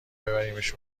ببریمش